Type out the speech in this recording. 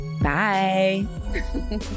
Bye